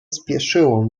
spieszyło